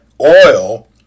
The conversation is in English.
oil